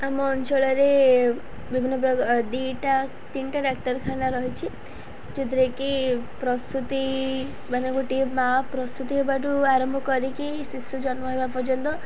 ଆମ ଅଞ୍ଚଳରେ ବିଭିନ୍ନ ପ୍ର ଦୁଇଟା ତିନିଟା ଡାକ୍ତରଖାନା ରହିଛି ଯେଉଁଥିରେ କି ପ୍ରସୂତି ମାନେ ଗୋଟିଏ ମା ପ୍ରସୂତି ହେବା ଠୁ ଆରମ୍ଭ କରିକି ଶିଶୁ ଜନ୍ମ ହେବା ପର୍ଯ୍ୟନ୍ତ